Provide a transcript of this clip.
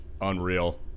Unreal